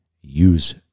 use